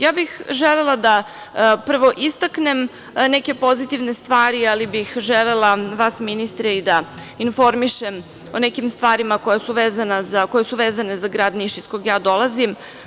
Ja bih želela da istaknem neke pozitivne stvari, ali bih želela vas ministre i da informišem o nekim stvarima koje su vezane za grad Niš, iz kog ja dolazim.